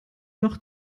noch